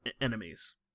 enemies